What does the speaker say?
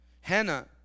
Hannah